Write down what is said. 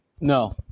no